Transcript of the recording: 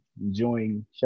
enjoying